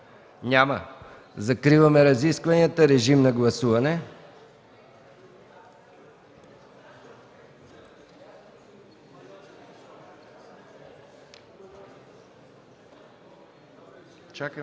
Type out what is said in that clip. Няма. Закриваме разискванията. Режим на гласуване, ако